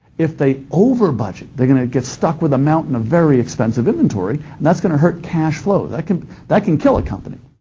if they over budget, they're going to get stuck with a mountain of very expensive inventory, and that's going to hurt cash flow. that can that can kill a company.